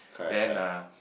then uh